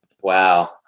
Wow